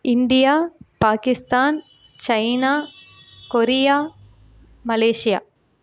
India Pakistan China Korea Malaysia